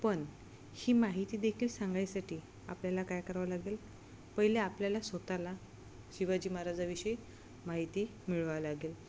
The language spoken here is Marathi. पण ही माहिती देखील सांगायसाठी आपल्याला काय करावं लागेल पहिले आपल्याला स्वतःला शिवाजी महाराजाविषयी माहिती मिळवा लागेल